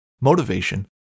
motivation